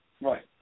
Right